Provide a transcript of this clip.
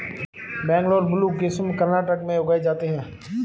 Bangalore blue किस्म कर्नाटक में उगाई जाती है